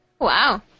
wow